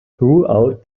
throughout